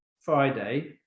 Friday